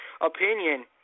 opinion